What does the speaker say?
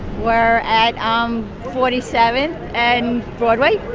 we're at um forty seventh and broadway.